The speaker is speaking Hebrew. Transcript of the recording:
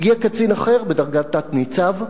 הגיע קצין אחר בדרגת תת-ניצב,